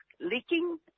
leaking